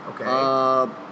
Okay